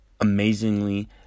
amazingly